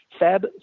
Feb